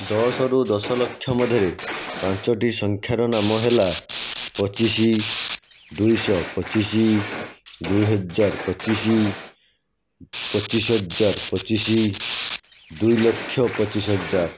ଦଶରୁ ଦଶ ଲକ୍ଷ ମଧ୍ୟରେ ପାଞ୍ଚଟି ସଂଖ୍ୟାର ନାମ ହେଲା ପଚିଶ ଦୁଇ ଶହ ପଚିଶ ଦୁଇ ହଜାର ପଚିଶ ପଚିଶ ହଜାର ପଚିଶ ଦୁଇ ଲକ୍ଷ ପଚିଶ ହଜାର